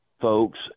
folks